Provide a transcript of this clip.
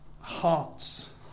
hearts